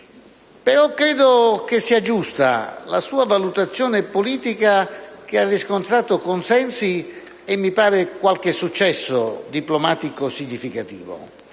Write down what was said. Ministro, che sia giusta la sua valutazione politica, che ha riscontrato consensi e, mi pare, qualche successo diplomatico significativo: